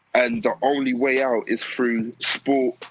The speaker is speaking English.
and the only way out is through sport,